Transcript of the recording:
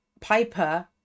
Piper